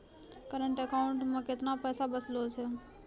Current account मे केतना पैसा बचलो छै?